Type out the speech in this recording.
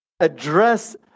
address